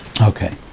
Okay